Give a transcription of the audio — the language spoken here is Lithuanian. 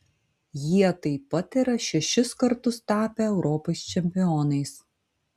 jie taip pat yra šešis kartus tapę europos čempionais